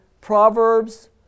Proverbs